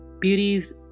Beauties